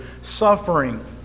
suffering